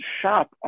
shop